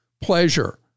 pleasure